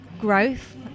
growth